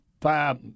five